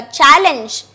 challenge